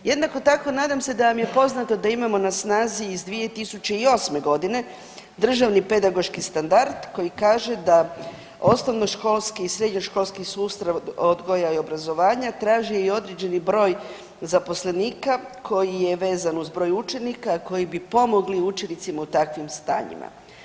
Jednako tako nadam se da vam je poznato da imamo na snazi iz 2008.g. državni pedagoški standard koji kaže da osnovnoškolski i srednjoškolski sustav odgoja i obrazovanja traži i određeni broj zaposlenika koji je vezan uz broj učenika, a koji bi pomogli učenicima u takvim stanjima.